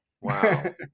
Wow